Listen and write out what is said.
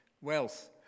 wealth